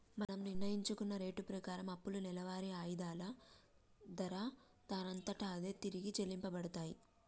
మనం నిర్ణయించుకున్న రేటు ప్రకారం అప్పులు నెలవారి ఆయిధాల దారా దానంతట అదే తిరిగి చెల్లించబడతాయి